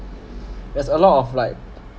there's a lot of like